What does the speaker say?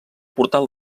portal